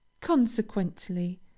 Consequently